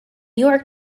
york